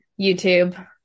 YouTube